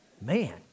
Man